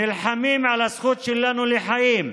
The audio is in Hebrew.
נלחמים על הזכות שלנו לחיים,